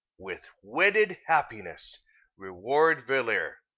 with wedded happiness reward valere,